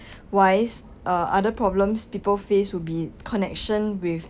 wise uh other problems people face would be connection with